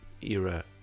era